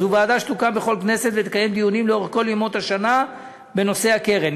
זו ועדה שתוקם בכל כנסת ותקיים דיונים לאורך כל ימות השנה בנושאי הקרן.